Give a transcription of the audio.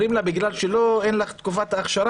אומרים לה: בגלל שאין לך תקופת ההכשרה